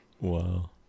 Wow